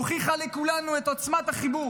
הוכיח לכולנו את עוצמת החיבור